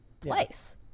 twice